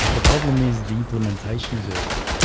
the problem is the implementation is all wrong.